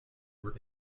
were